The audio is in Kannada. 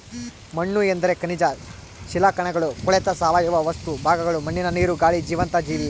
ಮಣ್ಣುಎಂದರೆ ಖನಿಜ ಶಿಲಾಕಣಗಳು ಕೊಳೆತ ಸಾವಯವ ವಸ್ತು ಭಾಗಗಳು ಮಣ್ಣಿನ ನೀರು, ಗಾಳಿ ಜೀವಂತ ಜೀವಿ